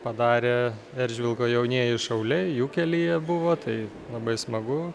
padarė eržvilko jaunieji šauliai jų kelyje buvo tai labai smagu